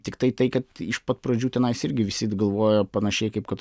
tiktai tai kad iš pat pradžių tenais irgi visi galvojo panašiai kaip kad